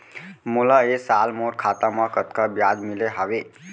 मोला ए साल मोर खाता म कतका ब्याज मिले हवये?